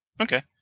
Okay